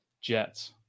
Jets